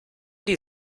die